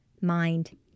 mind